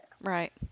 Right